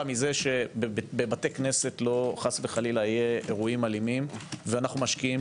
מזה שבבתי כנסת לא חלילה יהיו אירועים אלימים ואנו משקיעים